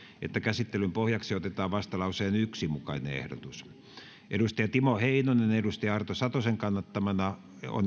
että käsittelyn pohjaksi otetaan vastalauseen yhden mukainen ehdotus timo heinonen arto satosen kannattamana